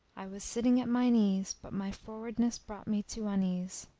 i was sitting at mine ease but my frowardness brought me to unease.